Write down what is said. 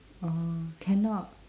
orh cannot